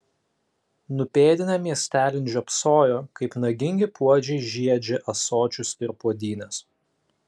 nupėdinę miestelin žiopsojo kaip nagingi puodžiai žiedžia ąsočius ir puodynes